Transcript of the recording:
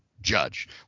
Judge